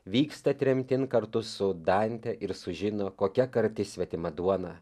vyksta tremtin kartu su dante ir sužino kokia karti svetima duona